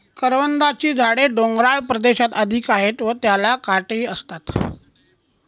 करवंदाची झाडे डोंगराळ प्रदेशात अधिक आहेत व त्याला काटेही असतात